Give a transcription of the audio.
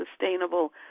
sustainable